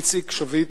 איציק שביט,